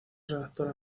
redactora